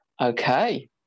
Okay